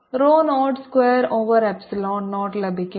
raw naught square over epsilon 0 ലഭിക്കുന്നു